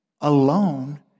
alone